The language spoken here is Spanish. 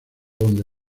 donde